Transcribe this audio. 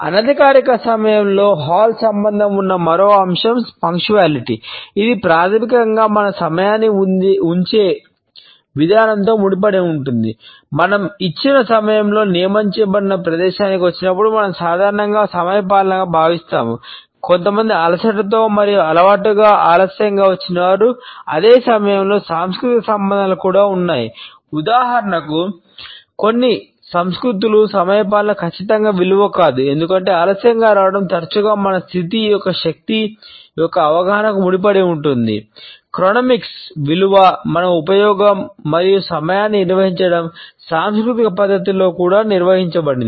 అనధికారిక సమయంతో హాల్తో విలువ మన ఉపయోగం మరియు సమయాన్ని నిర్వహించడం సాంస్కృతిక పద్ధతిలో కూడా నిర్వచించబడింది